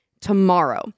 tomorrow